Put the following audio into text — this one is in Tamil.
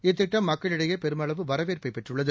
இத்திட்டம் மக்களிடையே பெருமளவு வரவேற்பை பெற்றுள்ளது